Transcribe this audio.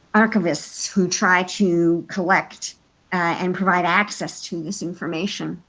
archivists who try to collect and provide access to this information.